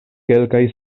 kelkaj